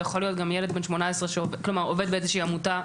זה יכול להיות גם ילד בן 18 שעובד באיזושהי עמותה.